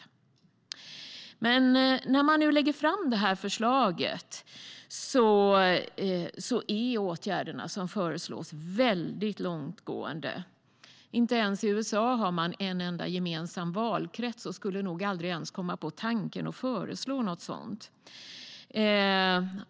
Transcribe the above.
Subsidiaritetsprövning av EU-förslag Det förslag som EU lägger fram är mycket långtgående. Inte ens i USA finns en enda gemensam valkrets, och ingen skulle ens komma på tanken att föreslå något sådant.